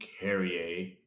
Carrier